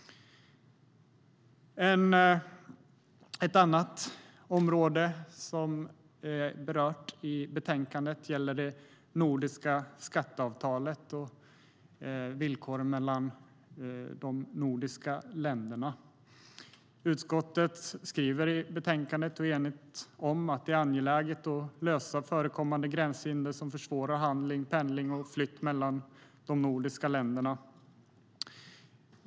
Ett annat område som berörs i betänkandet gäller det nordiska skatteavtalet och villkoren mellan de nordiska länderna. Ett enigt utskott skriver i betänkandet att det är angeläget att lösa förekommande gränshinder som försvårar handel, pendling och flytt mellan de nordiska länderna.